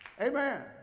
Amen